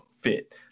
fit